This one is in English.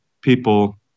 people